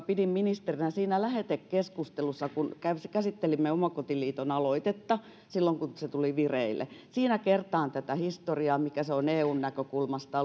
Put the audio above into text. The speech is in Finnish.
pidin ministerinä siinä lähetekeskustelussa kun käsittelimme omakotiliiton aloitetta silloin kun se tuli vireille siinä kertaan tätä historiaa mikä se on eun näkökulmasta